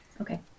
Okay